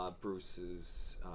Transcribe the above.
Bruce's